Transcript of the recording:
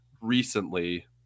recently